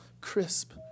crisp